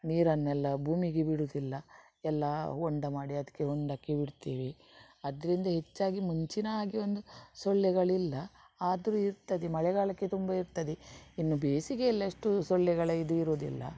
ನೀರನ್ನೆಲ್ಲ ಭೂಮಿಗೆ ಬಿಡುವುದಿಲ್ಲ ಎಲ್ಲ ಹೊಂಡ ಮಾಡಿ ಅದಕ್ಕೆ ಹೊಂಡಕ್ಕೆ ಬಿಡ್ತೀವಿ ಅದರಿಂದ ಹೆಚ್ಚಾಗಿ ಮುಂಚಿನ ಹಾಗೆ ಒಂದು ಸೊಳ್ಳೆಗಳಿಲ್ಲ ಆದರೂ ಇರ್ತದೆ ಮಳೆಗಾಲಕ್ಕೆ ತುಂಬ ಇರ್ತದೆ ಇನ್ನು ಬೇಸಿಗೆಯಲ್ಲಿ ಅಷ್ಟು ಸೊಳ್ಳೆಗಳ ಇದು ಇರೋದಿಲ್ಲ